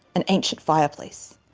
an ancient fireplace.